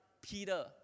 Peter